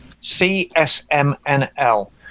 C-S-M-N-L